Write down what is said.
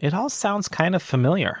it all sounds kind of familiar